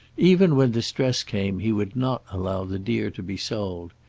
even when distress came he would not allow the deer to be sold.